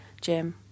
Jim